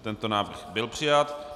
Tento návrh byl přijat.